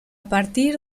partir